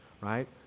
right